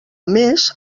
més